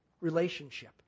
relationship